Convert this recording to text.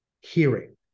hearing